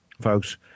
folks